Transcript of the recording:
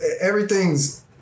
everything's